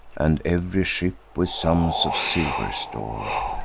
and ev'ry ship with sums of silver stor'd.